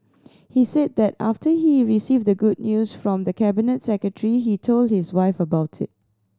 he said that after he received the good news from the Cabinet Secretary he told his wife about it